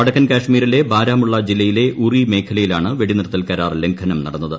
വടക്കൻ കശ്മീരിലെ ബാരാമുള്ള ജില്ലയിലെ ഉറി മേഖലയിലാണ് വെടിനിർത്തൽ കരാർ ലംഘനം നടന്നത്